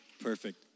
Perfect